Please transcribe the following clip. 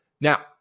Now